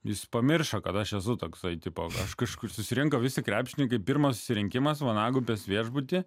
jis pamiršo kad aš esu toksai tipo kažkur susirinko visi krepšininkai pirmas susirinkimas vanagupės viešbutyje